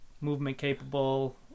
movement-capable